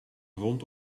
rond